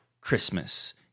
Christmas